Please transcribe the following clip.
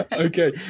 okay